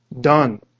done